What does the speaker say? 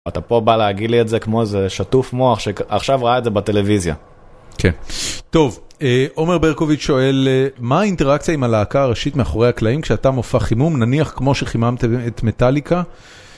אתה פה בא להגיד לי את זה כמו זה שטוף מוח שעכשיו ראה את זה בטלוויזיה. כן. טוב, עומר ברקוביץ' שואל מה האינטראקציה עם הלהקה הראשית מאחורי הקלעים כשאתה מופע חימום, נניח כמו שחיממת את מטאליקה?